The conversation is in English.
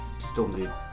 Stormzy